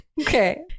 Okay